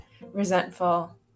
resentful